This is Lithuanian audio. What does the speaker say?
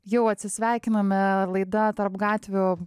jau atsisveikiname laida tarp gatvių